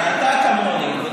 ואתה כמוני,